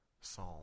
psalm